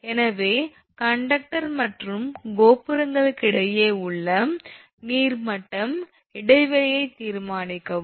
எனவே கண்டக்டர் மற்றும் கோபுரங்களுக்கிடையில் இடையே உள்ள நீர்மட்டம் இடைவெளியை தீர்மானிக்கவும்